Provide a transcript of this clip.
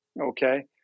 okay